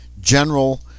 general